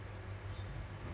at city hall